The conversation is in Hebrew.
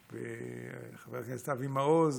וחבר הכנסת אבי מעוז,